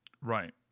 right